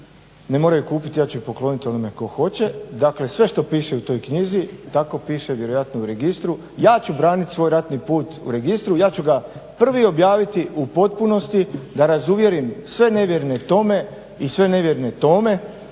Ne moraju je kupit, ja ću je poklonit onome tko hoće. Dakle, sve što piše u toj knjizi tako piše vjerojatno u registru. Ja ću branit svoj ratni put u registru, ja ću ga prvi objaviti u potpunosti da razuvjerim sve nevjerne Tome i sve nevjerne Tome